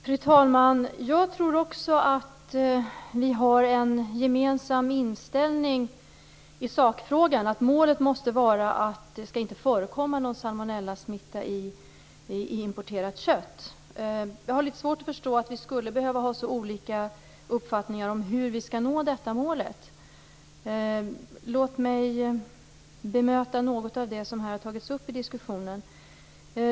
Fru talman! Jag tror också att vi har en gemensam inställning i sakfrågan. Målet måste vara att det inte skall förekomma någon salmonellasmitta i importerat kött. Jag har litet svårt att förstå att vi skulle behöva ha så olika uppfattning om hur vi skall nå detta mål. Låt mig bemöta något av det som har tagits upp i diskussionen.